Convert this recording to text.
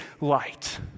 light